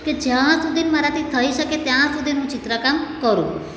કે જ્યાં સુધીના મારાથી થઈ શકે ત્યાં સુધીના હું ચિત્ર કામ કરું